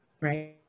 right